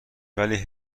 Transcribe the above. ولی